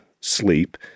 Sleep